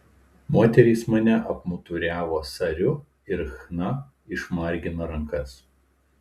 moterys mane apmuturiavo sariu ir chna išmargino rankas